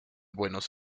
buenos